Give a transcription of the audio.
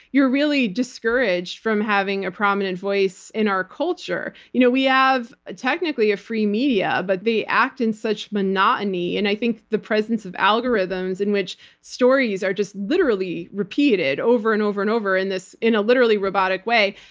you're really discouraged from having a prominent voice in our culture. you know we have, ah technically, a free media, but they act in such monotony, and i think the presence of algorithms in which stories are just literally repeated over and over and over in a literally robotic way,